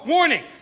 Warning